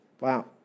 Wow